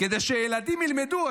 כדי שהילדים ילמדו.